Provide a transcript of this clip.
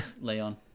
Leon